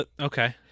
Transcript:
okay